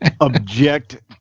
object